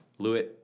Lewitt